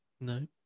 No